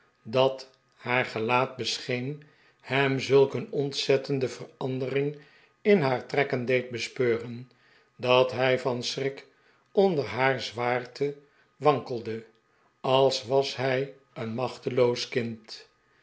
dat haar gelaat bescheen hem zulk een ontzettende verandering in haar trekken deed bespeuren dat hij van schrik onder haar zwaarte wankelde als was hij een maehteloo's kind